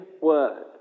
word